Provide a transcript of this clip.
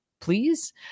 please